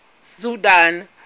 Sudan